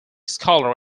scholar